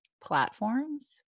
platforms